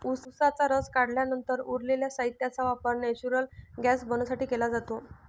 उसाचा रस काढल्यानंतर उरलेल्या साहित्याचा वापर नेचुरल गैस बनवण्यासाठी केला जातो